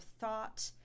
thought